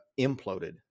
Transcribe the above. imploded